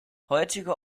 heutige